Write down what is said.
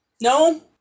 No